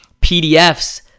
PDFs